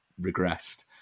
regressed